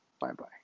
bye-bye